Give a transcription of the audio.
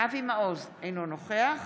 אבי מעוז, אינו נוכח